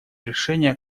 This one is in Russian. решение